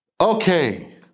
okay